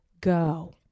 go